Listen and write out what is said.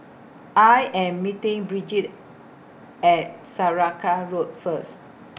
I Am meeting Brigid At Saraca Road First